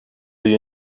you